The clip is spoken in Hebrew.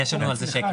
יש לנו על זה שקף.